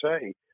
say